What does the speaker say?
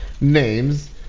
names